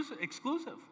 exclusive